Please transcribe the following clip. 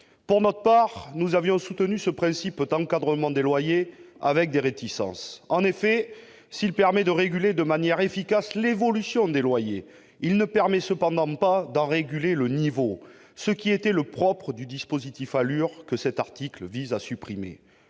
Pour notre part, nous avions soutenu ce principe d'encadrement des loyers avec des réticences. En effet, s'il permet de réguler de manière efficace l'évolution des loyers, il ne permet cependant pas d'en réguler le niveau, ce qui était le propre du dispositif ALUR que cet article vise à supprimer.